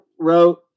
wrote